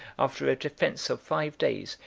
after a defence of five days,